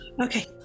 Okay